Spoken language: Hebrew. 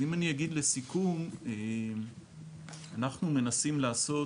אני אגיד לסיכום, אנחנו מנסים לעשות